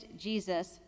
Jesus